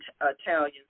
Italian